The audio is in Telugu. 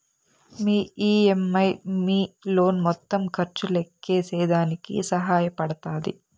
మీ ఈ.ఎం.ఐ మీ లోన్ మొత్తం ఖర్చు లెక్కేసేదానికి సహాయ పడతాది